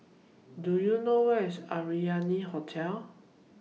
Do YOU know Where IS Arianna Hotel